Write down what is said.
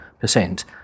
percent